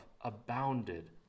abounded